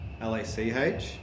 L-A-C-H